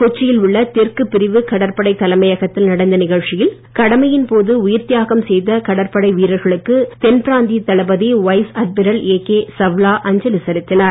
கொச்சியில் உள்ள தெற்கு பிரிவு கடற்படை தலைமையகத்தில் நடந்த நிகழ்ச்சியில் கடமையின் போது உயிர்தியாகம் செய்த கடற்படை வீரர்களுக்கு தென்பிராந்திய தளபதி வைஸ் அட்மிரல் ஏகே சவ்லா அஞ்சலி செலுத்தினார்